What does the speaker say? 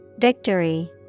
Victory